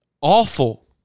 Awful